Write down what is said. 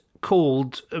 called